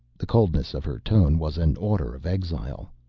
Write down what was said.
the coldness of her tone was an order of exile.